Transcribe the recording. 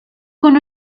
con